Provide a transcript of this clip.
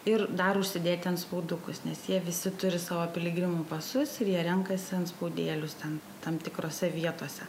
ir dar užsidėti antspaudukus nes jie visi turi savo piligrimų pasus ir jie renkasi antspaudėlius ten tam tikrose vietose